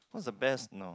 what's the best now